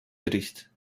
bericht